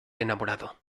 enamorado